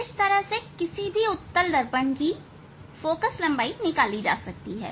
इस तरह से किसी भी उत्तल दर्पण की फोकल लंबाई निकाल सकता है